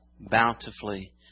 bountifully